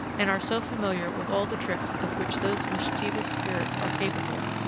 and are so familiar with all the tricks of which those mischievous spirits are capable,